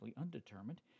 undetermined